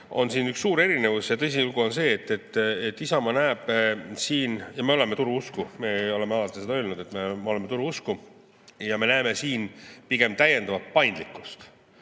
on siin üks suur erinevus. Ja tõsilugu on see, et Isamaa näeb siin – ja me oleme turu usku, me oleme alati seda öelnud, et me oleme turu usku – pigem täiendavat paindlikkust,